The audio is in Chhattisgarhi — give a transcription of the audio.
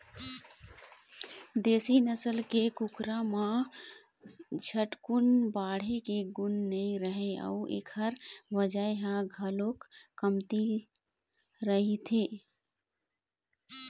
देशी नसल के कुकरा म झटकुन बाढ़े के गुन नइ रहय अउ एखर बजन ह घलोक कमती रहिथे